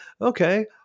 okay